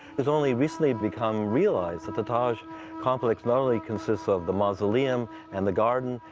it's only recently become realized that the taj complex not only consists of the mausoleum, and the garden,